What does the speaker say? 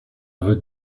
veut